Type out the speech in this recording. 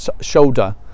shoulder